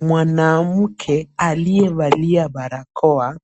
Mwanamke aliyevalia barakoa